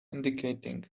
indicating